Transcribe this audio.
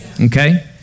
Okay